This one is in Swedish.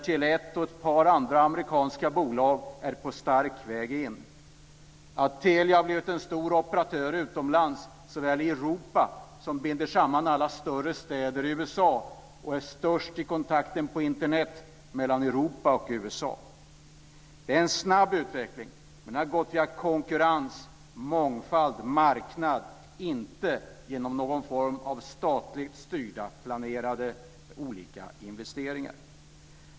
Tele 1 och ett par andra amerikanska bolag är också på stark väg in. Telia har blivit en stor operatör utomlands, såväl i Europa som i USA, där man binder samman alla större städer. Telia är också störst i kontakter på Internet mellan Europa och USA. Detta är en snabb utveckling. Den har gått via konkurrens, mångfald och marknad, och inte genom någon form av statligt styrda och planerade olika investeringar.